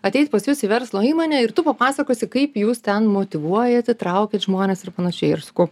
ateit pas jus į verslo įmonę ir tu papasakosi kaip jūs ten motyvuojat įtraukiat žmones ir panašiai ir sakau